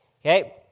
Okay